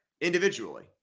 individually